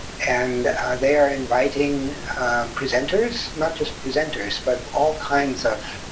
and they are inviting presenters, not just presenters, but all kinds of